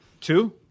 Two